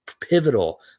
Pivotal